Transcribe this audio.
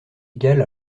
égal